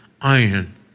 iron